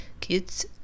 kids